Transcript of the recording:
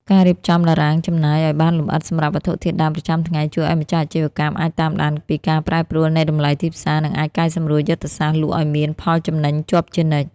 ការរៀបចំតារាងចំណាយឱ្យបានលម្អិតសម្រាប់វត្ថុធាតុដើមប្រចាំថ្ងៃ ជួយឱ្យម្ចាស់អាជីវកម្មអាចតាមដានពីការប្រែប្រួលនៃតម្លៃទីផ្សារ និងអាចកែសម្រួលយុទ្ធសាស្ត្រលក់ឱ្យមានផលចំណេញជាប់ជានិច្ច។